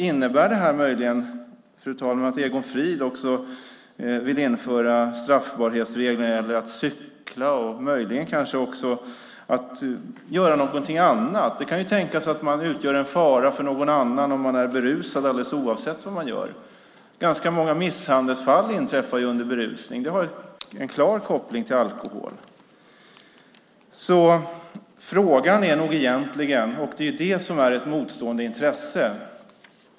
Innebär det här möjligen, fru talman, att Egon Frid också vill införa straffbarhetsregler när det gäller att cykla och kanske också något annat? Det kan ju tänkas att man utgör en fara för någon annan om man är berusad alldeles oavsett vad man gör. Ganska många misshandelsfall inträffar under berusning. Det har en klar koppling till alkohol. Frågan är egentligen: När är berusning en fara för annans säkerhet?